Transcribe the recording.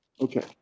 okay